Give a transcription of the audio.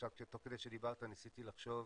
תוך כדי שדיברת ניסיתי לחשוב